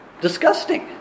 disgusting